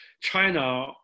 China